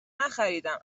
نخریدم